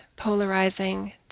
Polarizing